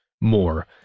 more